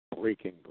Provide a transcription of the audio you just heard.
breaking